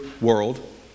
world